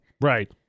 Right